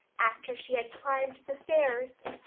after she had climbed the stairs.